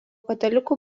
katalikų